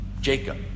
Jacob